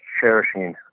cherishing